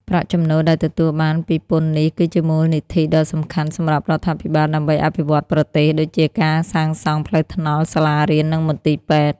ប្រាក់ចំណូលដែលទទួលបានពីពន្ធនេះ គឺជាមូលនិធិដ៏សំខាន់សម្រាប់រដ្ឋាភិបាលដើម្បីអភិវឌ្ឍប្រទេស ដូចជាការសាងសង់ផ្លូវថ្នល់ សាលារៀន និងមន្ទីរពេទ្យ។